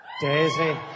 Daisy